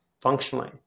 functionally